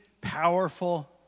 powerful